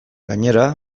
gainera